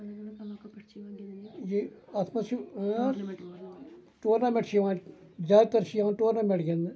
یِم اَتھ منٛز چھُ ٹورنمیٚنٹ چھُ یِوان زیادٕ تر چھُ یِوان ٹورنمیٚنٹ گِندنہٕ